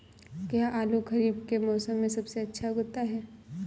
क्या आलू खरीफ के मौसम में सबसे अच्छा उगता है?